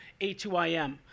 a2im